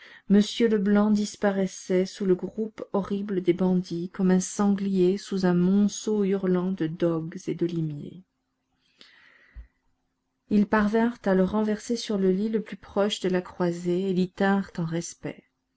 m leblanc disparaissait sous le groupe horrible des bandits comme un sanglier sous un monceau hurlant de dogues et de limiers ils parvinrent à le renverser sur le lit le plus proche de la croisée et l'y tinrent en respect